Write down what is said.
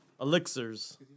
elixirs